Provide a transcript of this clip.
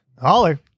Holler